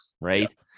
right